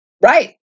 Right